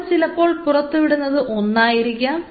അവർ ചിലപ്പോൾ പുറത്തുവിടുന്നത് 1 ആയിരിക്കാം